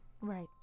Right